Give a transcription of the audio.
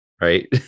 right